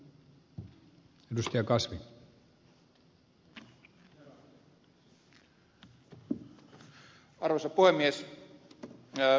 arvoisa puhemies